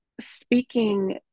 speaking